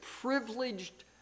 privileged